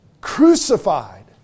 crucified